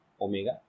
omega